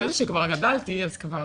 אחרי זה כשכבר גדלתי, אז כבר